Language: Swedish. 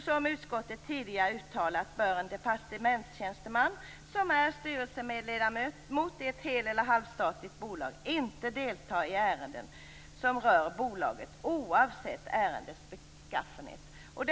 Som utskottet tidigare uttalat bör en departementstjänsteman, som är styrelseledamot i ett hel eller halvstatligt bolag, inte delta i ett ärende som rör bolaget, oavsett ärendets beskaffenhet."